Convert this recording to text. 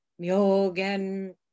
Myogen